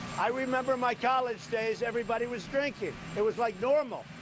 i remember my college days. everybody was drinking. it was like normal.